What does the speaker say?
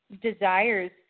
desires